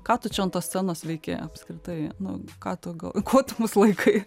ką tu čia ant tos scenos veiki apskritai nu ką tu kuo tu mus laikai